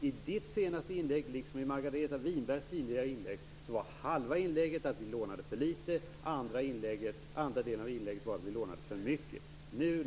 I fråga om Winbergs inlägg tidigare handlade den ena halvan om att vi lånade för litet och den andra halvan om att vi lånade för mycket.